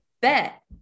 bet